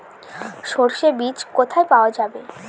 সর্ষে বিজ কোথায় পাওয়া যাবে?